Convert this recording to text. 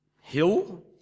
hill